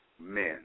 men